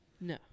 no